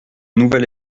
nouvelle